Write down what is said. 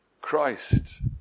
Christ